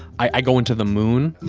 i go into the moon.